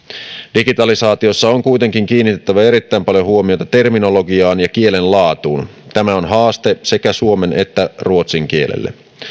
digitalisaatiossa on kuitenkin kiinnitettävä erittäin paljon huomiota terminologiaan ja kielen laatuun tämä on haaste sekä suomen että ruotsin kielessä